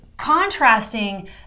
contrasting